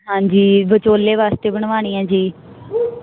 ਹਾਂਜੀ ਵਚੋਲੇ ਵਾਸਤੇ ਬਣਵਾਨੀ ਐ ਜੀ